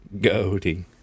goading